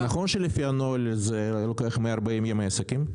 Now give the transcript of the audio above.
נכון שלפי הנוהל זה לוקח 140 ימי עסקים?